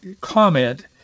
comment